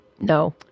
No